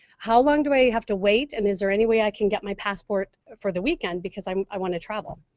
how long do i have to wait and is there any way i can get my passport for the weekend because um i wanna travel?